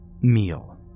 meal